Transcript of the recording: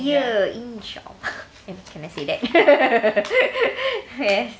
!eeyer! !ee! s~ eh cannot say that